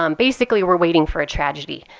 um basically, we're waiting for a tragedy.